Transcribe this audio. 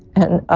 and ah